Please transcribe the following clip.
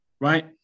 right